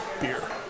beer